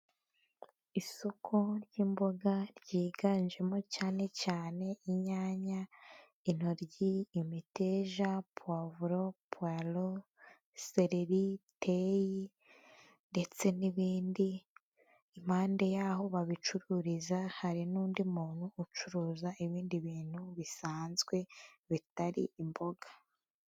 Isoko ry'imboga ryiganjemo cyane cyane inyanya, intoryi, imiteja, puwavuro, puwaro, seleri, teyi ndetse n'ibindi, impande y'aho babicururiza hari n'undi muntu ucuruza ibindi bintu bisanzwe bitari imboga.